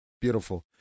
Beautiful